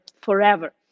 forever